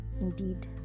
indeed